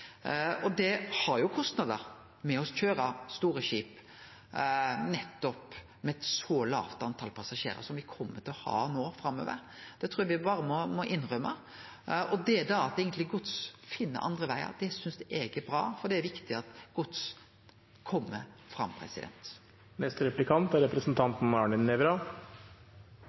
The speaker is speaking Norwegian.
Det har kostnader å køyre store skip med eit så lågt tal passasjerar som me kjem til å ha no framover. Det trur eg berre me må innsjå. At da gods finn andre vegar, synest eg er bra, for det er viktig at gods kjem fram. Det er